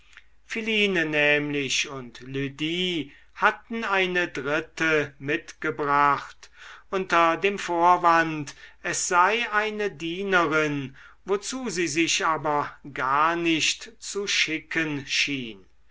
philine nämlich und lydie hatten eine dritte mitgebracht unter dem vorwand es sei eine dienerin wozu sie sich aber gar nicht zu schicken schien